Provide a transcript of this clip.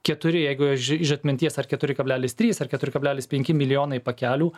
keturi jeigu aš iš atminties ar keturi kablelis trys ar keturi kablelis penki milijonai pakelių